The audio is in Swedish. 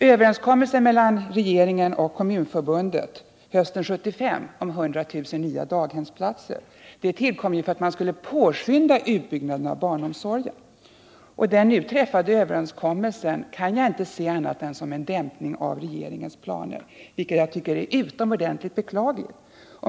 Överenskommelsen mellan regeringen och Kommunförbundet hösten 1975 om 100 000 nya daghemsplatser tillkom ju för att man skulle påskynda utbyggnaden av barnomsorgen. Den nu träffade överenskommelsen kan jag inte se annat än som en dämpning av regeringens planer, vilket jag tycker är utomordentligt beklagligt.